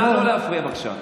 לא להפריע, בבקשה.